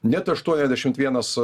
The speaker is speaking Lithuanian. net aštuoniasdešimt vienas